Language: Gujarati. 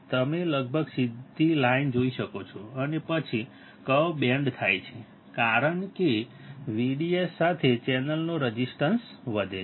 તમે લગભગ સીધી લાઈન જોઈ શકો છો અને પછી કર્વ બેન્ડ થાય છે કારણ કે VDS સાથે ચેનલનો રેઝિસ્ટન્સ વધે છે